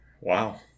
Wow